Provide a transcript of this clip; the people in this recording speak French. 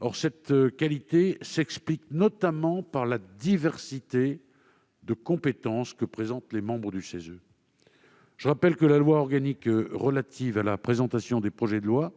Or cette qualité s'explique notamment par la diversité de compétences que présentent les membres du CESE. Je rappelle que la loi organique relative à la présentation des projets de loi